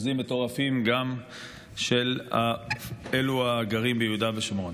באחוזים מטורפים, גם של אלה הגרים ביהודה ושומרון.